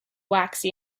waxy